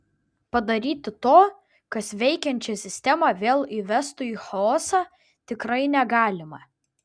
padaryti to kas veikiančią sistemą vėl įvestų į chaosą tikrai negalima